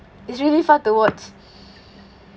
it's really fun to watch